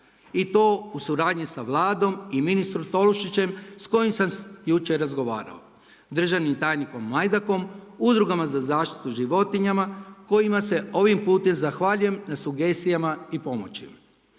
i to u suradnji sa Vladom i ministrom Tolušićem s kojim sam jučer razgovarao, državnim tajnikom Majdakom, udrugama za zaštitu životinja kojima se ovim putem zahvaljujem na sugestijama i pomoći.